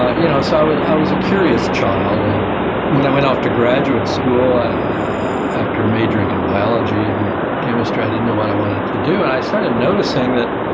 ah you know so, i was a curious child, and when i went off to graduate school after majoring in biology and chemistry, i didn't know what i wanted to do. and i started noticing that